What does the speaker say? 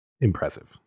impressive